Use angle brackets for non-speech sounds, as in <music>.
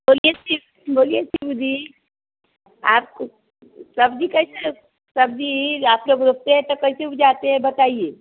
बोलिए <unintelligible> बोलिए <unintelligible> जी आपको सब्जी कैसे सब्जी आप लोग रोपते हैं तो कैसे उपजाते हैं बताइए